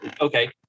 Okay